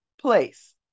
place